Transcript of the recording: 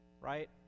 right